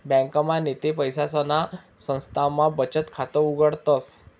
ब्यांकमा नैते पैसासना संस्थामा बचत खाता उघाडतस